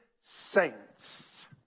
saints